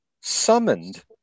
summoned